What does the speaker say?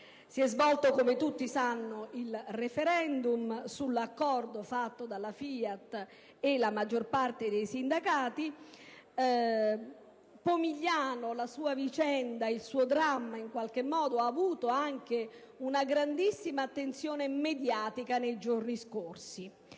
Si è svolto, come tutti sanno, il *referendum* sull'accordo stipulato tra la FIAT e la maggior parte dei sindacati. Pomigliano, la sua vicenda, il suo dramma, nei giorni scorsi, ha avuto anche una grandissima attenzione mediatica; ora che